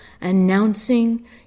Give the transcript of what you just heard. announcing